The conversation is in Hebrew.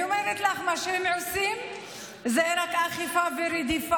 אני אומרת לך, מה שהם עושים זה רק אכיפה ורדיפה.